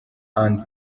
and